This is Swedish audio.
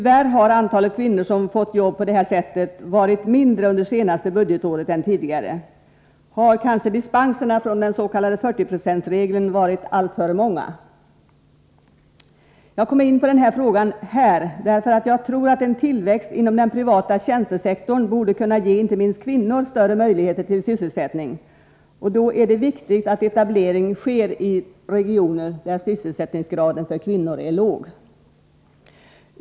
Tyvärr har antalet kvinnor som fått jobb på detta sätt varit mindre under det senaste budgetåret än tidigare. Har kanske dispenserna från den s.k. 40-procentsregeln varit för många? Jag kom in på den frågan här därför att jag tror att en tillväxt inom den privata tjänstesektorn borde kunna ge inte minst kvinnor större möjligheter till sysselsättning, och då är det viktigt att etablering sker i regioner där sysselsättningsgraden för kvinnor är låg.